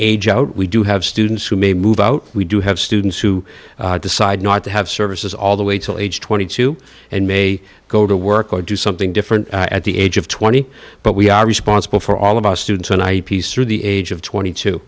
age out we do have students who may move out we do have students who decide not to have services all the way till age twenty two and may go to work or do something different at the age of twenty but we are responsible for all of our students and i are the age of twenty two